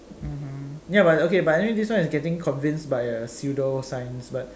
mmhmm ya but okay but anyway this one is getting convinced by a pseudo science but